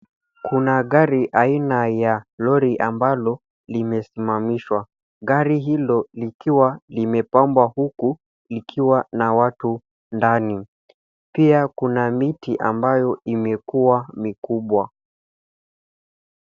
Kuna gari aina ya lori ambalo limesimamishwa. Gari hilo likiwa limepambwa huku likiwa na watu ndani. Pia kuna miti ambayo imekuwa mikubwa.